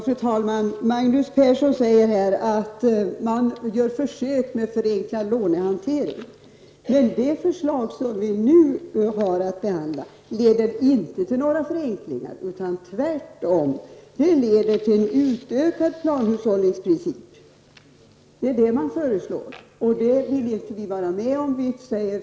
Fru talman! Magnus Persson säger att man gör försök med förenklad lånehantering. De förslag som vi nu har att behandla leder inte till några förenklingar utan tvärtom till en utökad planhushållningsprincip. Det är det man föreslår. Det vill vi inte vara med om.